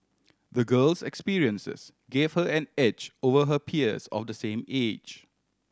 the girl's experiences gave her an edge over her peers of the same age